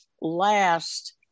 last